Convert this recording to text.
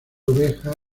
oveja